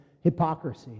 hypocrisy